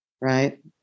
right